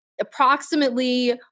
approximately